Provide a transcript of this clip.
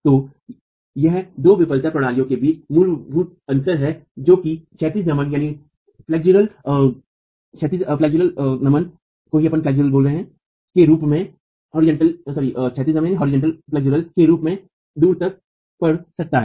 तो यह दो विफलता प्रणालियों के बीच मूलभूत अंतर है जो किसी को क्षैतिज नमन के रूप में दूर तक पकड़ सकता है